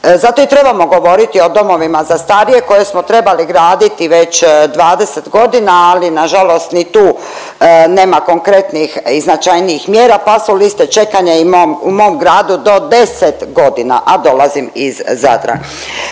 Zato i trebamo govoriti o domovima za starije koje smo trebali graditi već 20 godina, ali nažalost ni tu nema konkretnih i značajnijih mjera pa su liste čekanja i u mom gradu do 10 godina, a dolazim iz Zadra.